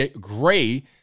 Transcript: gray